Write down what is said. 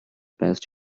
best